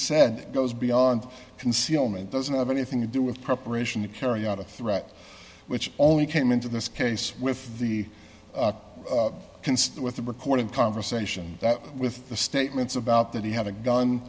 said goes beyond concealment doesn't have anything to do with preparation to carry out a threat which only came into this case with the can still with the recorded conversation with the statements about that he had a gun